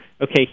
okay